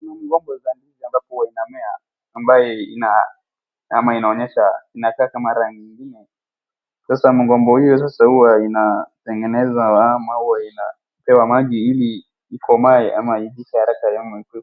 Mgomba za ndizi ambapo huwa inamea ambaye huwa inaonyesha. Inakaa kama rangi nyingine. Sasa mgomba hiyo sasa inatengeneza au huwa inapewa maji ili ikomae ama ijipe haraka.